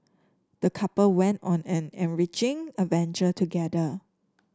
the couple went on an enriching adventure together